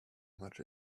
much